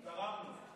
תרמנו.